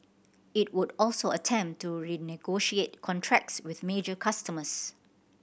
it would also attempt to renegotiate contracts with major customers